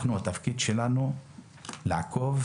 התפקיד שלנו לעקוב,